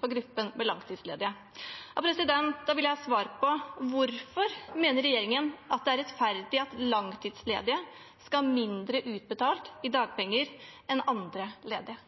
for gruppen med langtidsledige. Da vil jeg ha svar på: Hvorfor mener regjeringen det er rettferdig at langtidsledige skal ha mindre utbetalt i dagpenger enn andre ledige?